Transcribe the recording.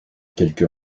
quelques